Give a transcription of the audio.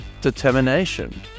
determination